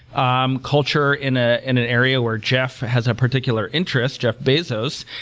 um culture in ah and an area where jeff has a particular interest, jeff bazos,